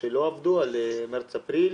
שלא עבדו, על מרץ-אפריל?